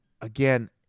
Again